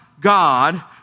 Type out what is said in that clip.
God